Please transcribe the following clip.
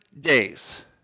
days